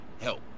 help